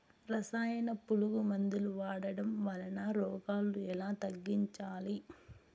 రసాయన పులుగు మందులు వాడడం వలన రోగాలు ఎలా తగ్గించాలి?